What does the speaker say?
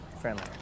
Friendly